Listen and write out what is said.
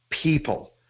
people